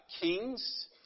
Kings